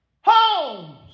homes